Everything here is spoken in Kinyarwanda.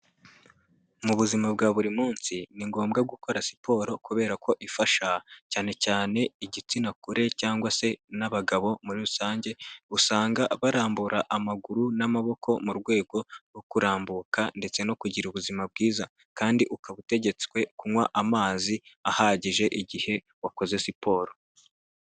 Mu buzima bwa buri munsi, ni ngombwa gukora siporo kubera ko ifasha cyane cyane igitsina gore cyangwa se n'abagabo. Muri rusange usanga barambura amaguru n'amaboko, mu rwego rwo kurambuka ndetse no kugira ubuzima bwiza, kandi ukaba utegetswe kunywa amazi ahagije igihe wakoze siporo.